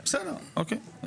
--- בסדר, אוקיי.